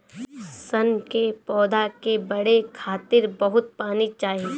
सन के पौधा के बढ़े खातिर बहुत पानी चाही